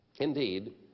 Indeed